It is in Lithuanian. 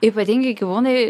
ypatingi gyvūnai